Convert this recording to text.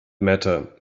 matter